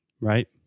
Right